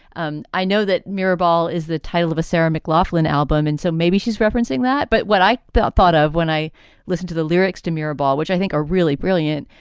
um i know that mirrorball is the title of a sarah mclachlan album, and so maybe she's referencing that. but what i thought of when i listen to the lyrics to mirrorball, which i think are really brilliant,